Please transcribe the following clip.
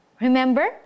Remember